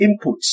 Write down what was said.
inputs